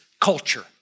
culture